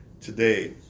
today